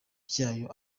byayo